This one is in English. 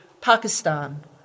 Pakistan